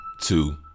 two